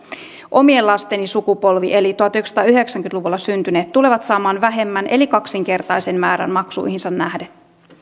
omien lasteni sukupolvi eli tuhatyhdeksänsataayhdeksänkymmentä luvulla syntyneet tulee saamaan vähemmän eli kaksinkertaisen määrän maksuihinsa nähden